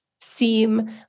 seem